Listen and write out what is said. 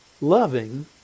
loving